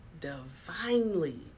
divinely